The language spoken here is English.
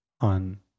on